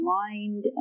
mind